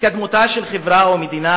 התקדמותה של חברה או מדינה,